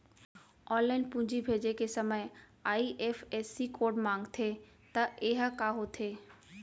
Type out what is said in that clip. Online पूंजी भेजे के समय आई.एफ.एस.सी कोड माँगथे त ये ह का होथे?